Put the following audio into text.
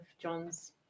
John's